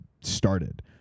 started